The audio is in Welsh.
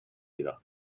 iddo